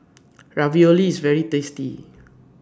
Ravioli IS very tasty